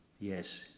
Yes